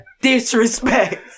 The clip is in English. disrespect